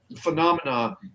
phenomena